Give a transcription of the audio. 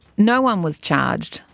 no one was charged,